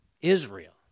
Israel